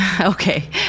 Okay